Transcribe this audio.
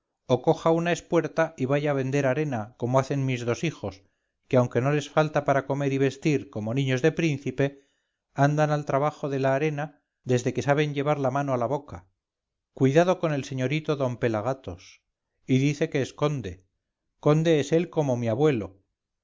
o coja una espuerta y vaya a vender arena como hacen mis dos hijos que aunque no les falta para comer y vestir como niños de príncipe andan al trabajo de la arena desde que saben llevar la mano a la boca cuidado con el señorito d pelagatos y dice que es conde conde es él como mi abuelo